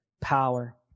power